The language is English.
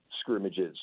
scrimmages